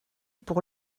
pour